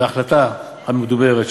להחלטה המדוברת,